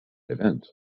event